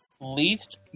Least